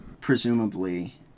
Presumably